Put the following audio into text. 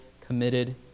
committed